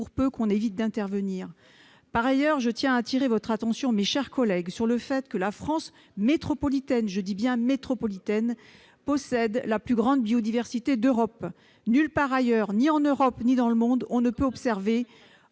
peu qu'on évite d'intervenir. Par ailleurs, je tiens à attirer votre attention, mes chers collègues, sur le fait que la France métropolitaine- j'insiste sur cette précision -possède la plus grande biodiversité d'Europe. Nulle part ailleurs, ni en Europe ni dans le monde, on ne peut observer,